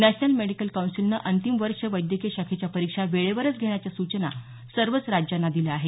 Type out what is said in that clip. national medical कौन्सिलने अंतिम वर्ष वैद्यकीय शाखेच्या परीक्षा वेळेवरच घेण्याच्या सूचना सर्वच राज्यांना दिल्या आहेत